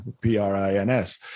P-R-I-N-S